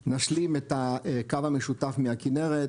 נשלים את הקו המשותף מהכנרת,